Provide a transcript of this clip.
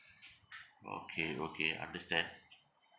okay okay understand